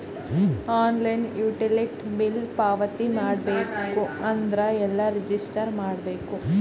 Online utility bill ಪಾವತಿ ಮಾಡಬೇಕು ಅಂದ್ರ ಎಲ್ಲ ರಜಿಸ್ಟರ್ ಮಾಡ್ಬೇಕು?